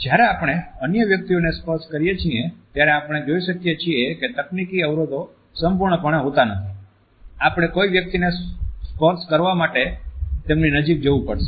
જ્યારે આપણે અન્ય વ્યક્તિઓને સ્પર્શ કરીએ છીએ ત્યારે આપણે જોઈ શકીએ છીએ કે તકનીકી અવરોધો સંપૂર્ણપણે હોતા નથી આપણે કોઈ વ્યક્તિને સ્પર્શ કરવા માટે તેમની નજીક જવું પડશે